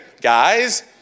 Guys